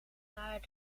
naar